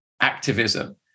activism